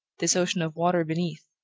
this ocean of water beneath,